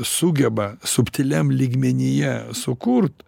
sugeba subtiliam lygmenyje sukurt